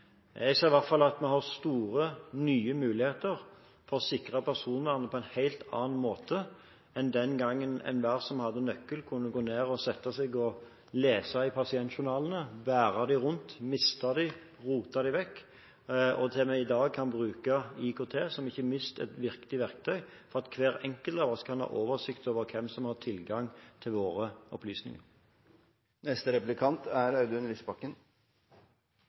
Jeg ser i hvert fall at vi har store, nye muligheter til å sikre personvernet på en helt annen måte enn den gangen enhver som hadde nøkkel, kunne gå ned og sette seg og lese i pasientjournalene, bære dem rundt, miste dem og rote dem vekk. I dag kan vi bruke IKT, som ikke minst er et viktig verktøy for at hver enkelt av oss kan ha oversikt over hvem som har tilgang til våre opplysninger. Mange smertepasienter opplever dessverre at de ikke får et godt nok tilbud. Det er